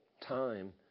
time